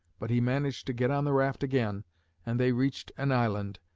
but he managed to get on the raft again and they reached an island,